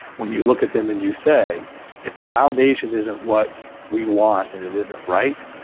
when you look at them and you say if the foundation isn't what we want and it isn't right,